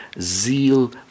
zeal